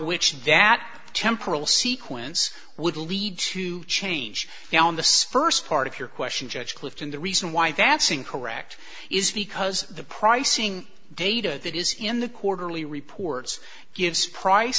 which that temporal sequence would lead to change in the spurs part of your question judge clifton the reason why that's incorrect is because the pricing data that is in the quarterly reports gives price